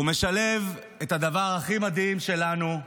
הוא משלב את הדבר הכי מדהים שלנו,